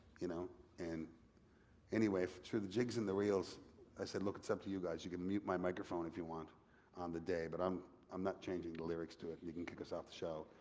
you know and anyway through the jigs and the reels i said, look it's up to you guys. you can mute my microphone if you want on the day, but i'm um not changing the lyrics to it, you can kick us off the show,